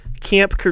Camp